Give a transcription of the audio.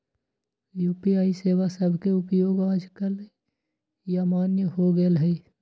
UPI सेवा सभके उपयोग याजकाल सामान्य हो गेल हइ